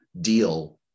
deal